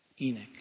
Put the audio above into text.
Enoch